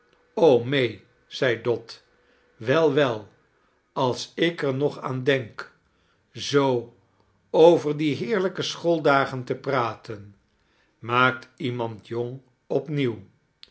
may zei dot wel wel als ik er nog aan denk zoo over die heerlijke schooldagen te praten maakt iemand jong